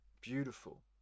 Beautiful